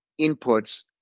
inputs